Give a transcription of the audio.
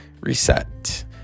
Reset